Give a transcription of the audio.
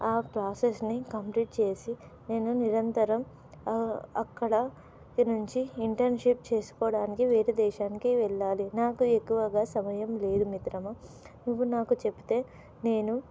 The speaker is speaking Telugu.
ప్రాసెస్ని కంప్లీట్ చేసి నేను నిరంతరం అక్కడ నుంచి ఇంటర్న్షిప్ చేసుకోవడానికి వేరే దేశానికి వెళ్ళాలి నాకు ఎక్కువగా సమయం లేదు మిత్రమా నువ్వు నాకు చెప్తే నేను